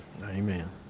Amen